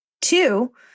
Two